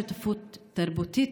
שותפות תרבותית,